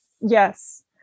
Yes